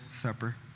Supper